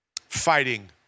fighting